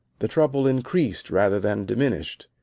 the trouble increased rather than diminished.